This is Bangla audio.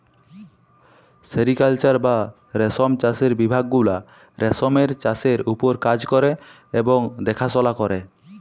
সেরিকাল্চার বা রেশম চাষের বিভাগ গুলা রেশমের চাষের উপর কাজ ক্যরে এবং দ্যাখাশলা ক্যরে